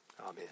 amen